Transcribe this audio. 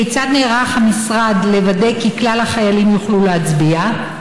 1. כיצד נערך המשרד לוודא כי כלל החיילים יוכלו להצביע?